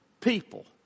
people